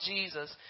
Jesus